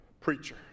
preacher